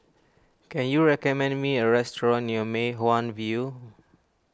can you recommend me a restaurant near Mei Hwan View